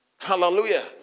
Hallelujah